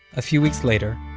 a few weeks later,